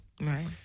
Right